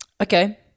Okay